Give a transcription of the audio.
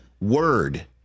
word